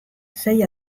sei